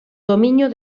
dominio